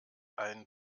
ein